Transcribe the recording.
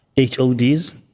HODs